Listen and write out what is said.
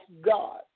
God